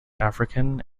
african